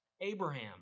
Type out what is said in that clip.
Abraham